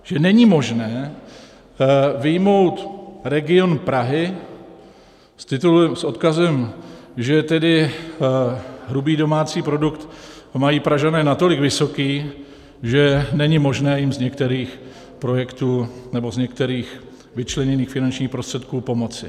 Že není možné vyjmout region Prahy s odkazem, že tedy hrubý domácí produkt mají Pražané natolik vysoký, že není možné jim z některých projektů nebo z některých vyčleněných finančních prostředků pomoci.